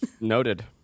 noted